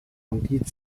降低